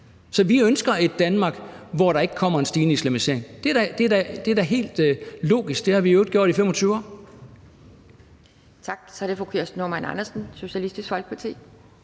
Så vi ønsker et Danmark, hvor der ikke kommer en stigende islamisering. Det er da helt logisk. Det har vi i øvrigt gjort i 25 år.